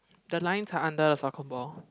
the line are under the soccer ball